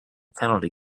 penalty